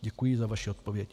Děkuji za vaši odpověď.